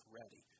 ready